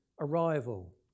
arrival